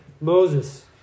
Moses